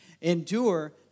Endure